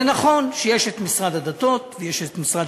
זה נכון שיש את משרד הדתות ויש את משרד